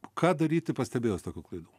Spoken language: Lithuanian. ką daryti pastebėjus tokių klaidų